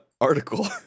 article